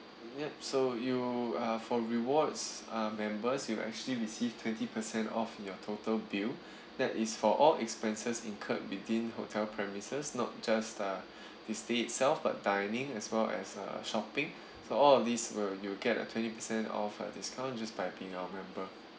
yup so you uh for rewards uh members you actually receive twenty percent off your total bill that is for all expenses incurred within hotel premises not just uh the stay itself but dining as well as uh shopping so all of these will you get a twenty percent off uh discount just by being our member